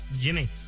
Jimmy